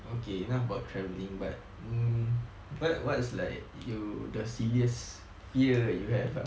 okay enough about travelling but mm but what is like you the silliest fear you have ah